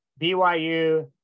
BYU